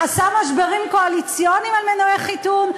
עשה משברים קואליציוניים על מנועי חיתון,